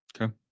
Okay